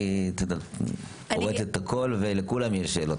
כי היא קוראת את הכול ולכולם יש שאלות.